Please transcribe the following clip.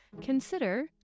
consider